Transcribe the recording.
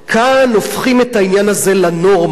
כאן הופכים את העניין הזה לנורמה.